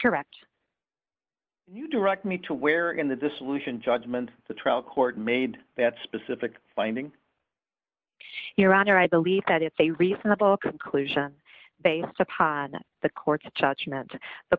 correct you direct me to where in the dissolution judgment the trial court made that specific finding your honor i believe that it's a reasonable conclusion based upon the court's judgment the